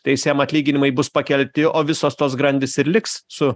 teisėjam atlyginimai bus pakelti o visos tos grandys ir liks su